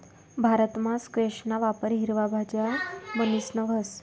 भारतमा स्क्वैशना वापर हिरवा भाज्या म्हणीसन व्हस